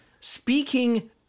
Speaking